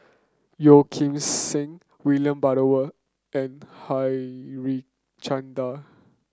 Yeo Kim Seng William Butterworth and Harichandra